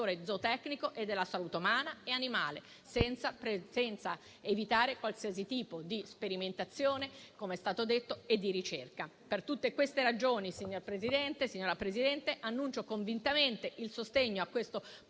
zootecnico e della salute umana e animale, senza evitare qualsiasi tipo di sperimentazione, com'è stato detto, e di ricerca. Per tutte queste ragioni, signora Presidente, annuncio convintamente il sostegno del